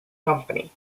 company